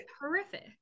horrific